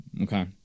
Okay